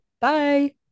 Bye